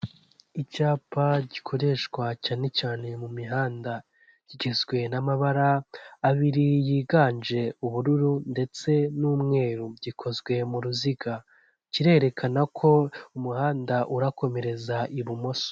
Icyapa gikoreshwa cyane cyane mu mihanda, kigizwe n'amabara abiri yiganje ubururu ndetse n'umweru gikozwe mu ruziga, kirerekana ko umuhanda urakomereza ibumoso.